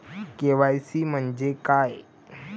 KYC म्हंजे काय?